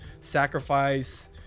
sacrifice